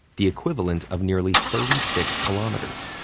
the equivalent of nearly thirty six kilometers.